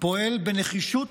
פועל בנחישות